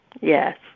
Yes